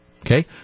okay